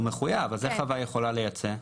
אם כן, איך חווה יכולה לייצא?